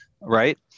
right